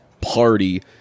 party